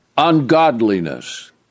Ungodliness